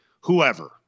whoever